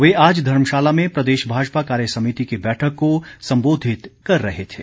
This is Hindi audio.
वे आज धर्मशाला में प्रदेश भाजपा कार्यसमिति की बैठक को सम्बोधित कर रहे थे